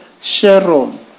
Sharon